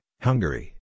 Hungary